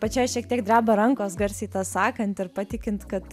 pačiai šiek tiek dreba rankos garsiai sakant ir patikint kad